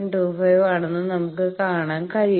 25 ആണെന്ന് നമുക്ക് കാണാൻ കഴിയും